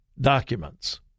documents